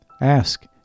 Ask